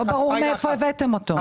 לא ברור מאיפה הבאתם אותו.